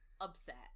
upset